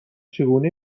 چگونه